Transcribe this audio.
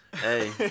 Hey